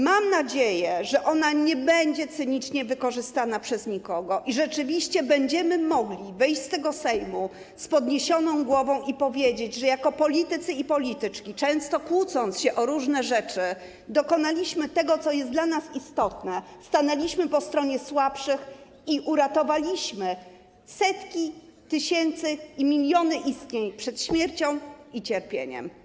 Mam nadzieję, że ona nie będzie cynicznie wykorzystana przez nikogo i rzeczywiście będziemy mogli wyjść z Sejmu z podniesioną głową i powiedzieć, że jako politycy i polityczki, często kłócąc się o różne rzeczy, dokonaliśmy tego, co jest dla nas istotne, stanęliśmy po stronie słabszych i uratowaliśmy setki tysięcy, miliony istnień przed śmiercią i cierpieniem.